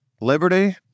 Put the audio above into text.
Liberty